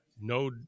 No